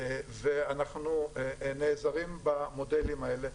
ואנחנו נעזרים במודלים האלה.